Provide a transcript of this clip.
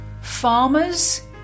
farmers